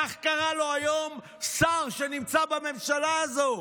כך קרא לו היום שר שנמצא בממשלה הזו.